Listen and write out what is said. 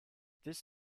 this